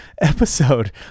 episode